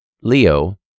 Leo